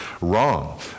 wrong